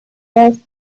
best